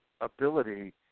ability